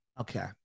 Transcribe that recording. Okay